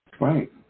Right